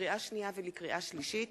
לקריאה שנייה ולקריאה שלישית: